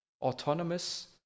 autonomous